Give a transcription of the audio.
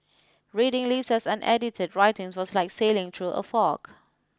reading Lisa's unedited writings was like sailing through a fog